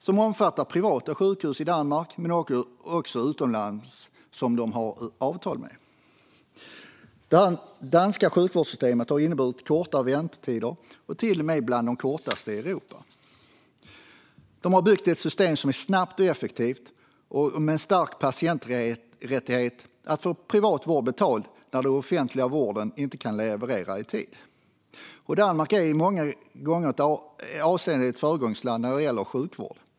Det omfattar privata sjukhus i Danmark men också sjukhus utomlands som man har avtal med. Det danska sjukvårdssystemet har inneburit korta väntetider, till och med bland de kortaste i Europa. Man har byggt ett system som är snabbt och effektivt och med en stark patienträttighet att få privat vård betald när den offentliga vården inte kan leverera i tid. Danmark är i många avseenden ett föregångsland när det gäller sjukvård.